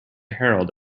herald